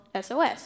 SOS